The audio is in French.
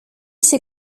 ses